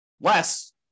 Less